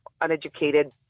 uneducated